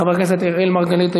חבר הכנסת אראל מרגלית,